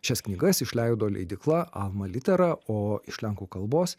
šias knygas išleido leidykla alma litera o iš lenkų kalbos